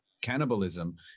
cannibalism